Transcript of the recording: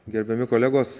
gerbiami kolegos